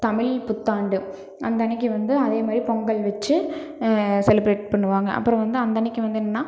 தமிழ் புத்தாண்டு அந்தன்னைக்கி வந்து அதே மாதிரி பொங்கல் வச்சு செலிப்ரேட் பண்ணுவாங்க அப்புறம் வந்து அந்தன்னைக்கி வந்து என்னென்னா